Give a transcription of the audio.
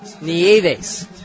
Nieves